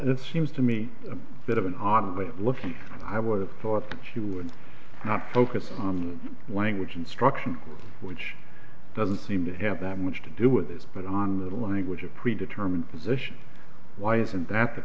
it seems to me a bit of an odd way of looking i would have thought that you and not focus on language instruction which doesn't seem to have that much to do with this but on the language of pre determined position why isn't that the